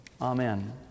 Amen